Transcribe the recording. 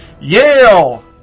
Yale